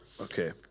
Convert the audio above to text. Okay